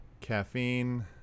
caffeine